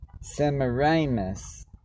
Semiramis